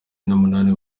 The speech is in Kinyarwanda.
numunani